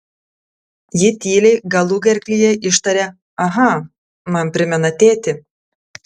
ji tyliai galugerklyje ištaria aha man primena tėtį